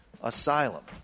asylum